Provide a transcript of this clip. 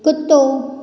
कुतो